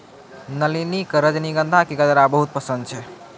नलिनी कॅ रजनीगंधा के गजरा बहुत पसंद छै